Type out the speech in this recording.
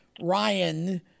Ryan